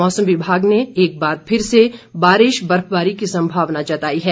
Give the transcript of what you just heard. मौसम विभाग ने एक बार फिर से बारिश बर्फबारी की संभावना जताई है